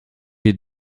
est